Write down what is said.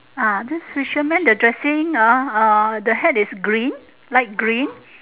ah this fisherman the dressing uh ah the hat is green light green